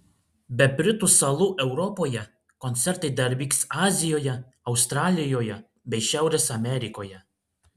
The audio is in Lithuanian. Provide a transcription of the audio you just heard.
be britų salų europoje koncertai dar vyks azijoje australijoje bei šiaurės amerikoje